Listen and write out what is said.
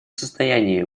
состоянии